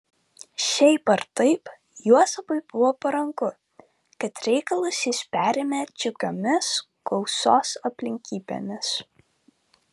šiaip ar taip juozapui buvo paranku kad reikalus jis perėmė džiugiomis gausos aplinkybėmis